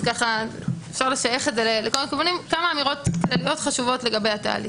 כמה אמירות כלליות חשובות לגבי התהליך.